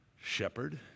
shepherd